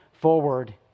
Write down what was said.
forward